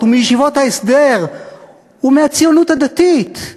ומישיבות ההסדר ומהציונות הדתית.